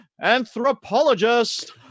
anthropologist